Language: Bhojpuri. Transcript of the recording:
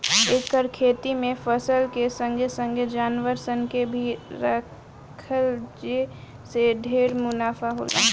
एकर खेती में फसल के संगे संगे जानवर सन के भी राखला जे से ढेरे मुनाफा होला